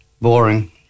boring